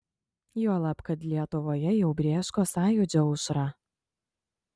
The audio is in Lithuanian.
juolab kad lietuvoje jau brėško sąjūdžio aušra